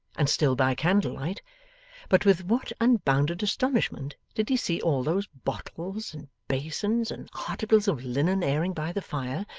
and still by candlelight but with what unbounded astonishment did he see all those bottles, and basins, and articles of linen airing by the fire,